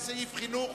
סעיף 60, חינוך,